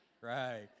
Right